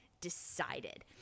decided